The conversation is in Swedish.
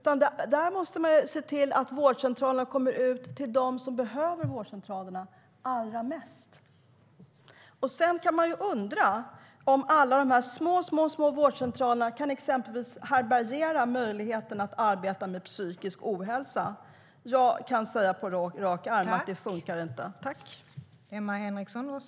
Man måste se till att vårdcentralerna kommer till dem som behöver dem allra mest.